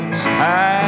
stand